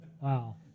Wow